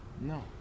No